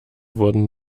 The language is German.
wurden